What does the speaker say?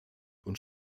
und